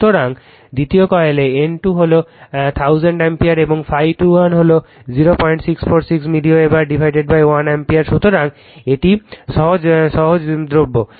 সুতরাং দ্বিতীয় কয়েলে N 2 হল 1000 অ্যাম্পিয়ার এবং ∅2 1 হল 0646 মিলিওয়েবার 1 অ্যাম্পিয়ার। সুতরাং এটি সহস্রাব্দ